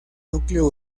núcleo